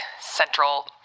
central